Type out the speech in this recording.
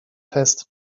fest